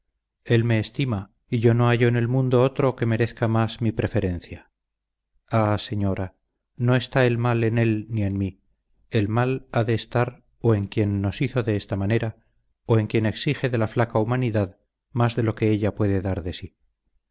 él me estima y yo no hallo en el mundo otro que merezca más mi preferencia ah señora no está el mal en él ni en mí el mal ha de estar o en quien nos hizo de esta manera o en quien exige de la flaca humanidad más de lo que ella puede dar de sí